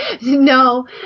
No